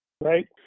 right